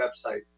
website